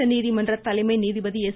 உச்சநீதிமன்ற தலைமை நீதிபதி எஸ்